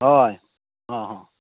ᱦᱚᱭ ᱦᱮᱸ ᱦᱮᱸ